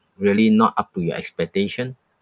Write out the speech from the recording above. really not up to your expectation